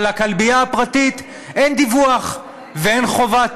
על הכלבייה הפרטית אין דיווח, אין חובת